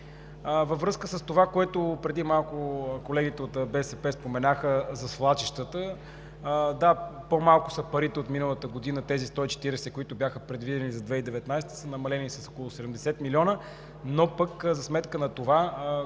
Във връзка с това, което преди малко колегите от БСП споменаха, за свлачищата – да, по-малко са парите от миналата година, тези 140, които бяха предвидени за 2019 г., са намалени с около 70 млн. лв., но за сметка на това